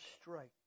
strike